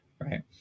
right